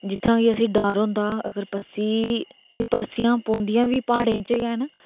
जित्थै कि असेंगी डर होंदा अगर पस्सी ते पस्सियां पौंदियां बी प्हाडे़ च गै ना